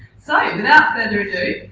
so, without further ado,